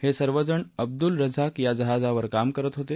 हे सर्वजण अब्दुल रझ्झाक या जहाजावर काम करत होते